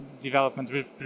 development